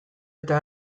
eta